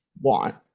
want